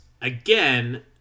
again